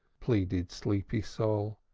pleaded sleepy sol.